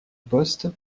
poste